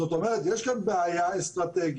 זאת אומרת, יש כאן בעיה אסטרטגית,